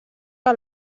que